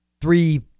three